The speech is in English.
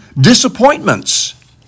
disappointments